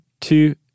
two